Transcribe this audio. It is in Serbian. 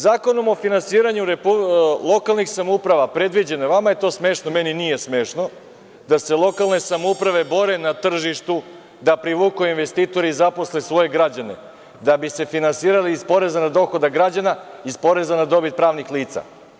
Zakonom o finansiranju lokalnih samouprava predviđeno, vama je to smešno, meni nije smešno, da se lokalne samouprave bore na tržištu da privuku investitore i zaposle svoje građane da bi se finansirali iz poreza na dohodak građana iz poreza na dobit pravnih lica.